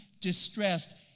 distressed